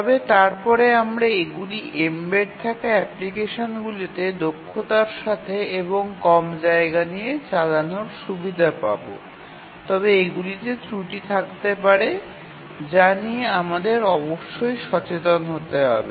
তবে তারপরে আমরা এগুলি এম্বেড থাকা অ্যাপ্লিকেশনটিতে দক্ষতার সাথে এবং কম জায়গা নিয়ে চালানোর সুবিধা পাব তবে এগুলিতে ত্রুটি থাকতে পারে যা নিয়ে আমাদের অবশ্যই সচেতন হতে হবে